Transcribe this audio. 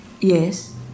Yes